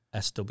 SW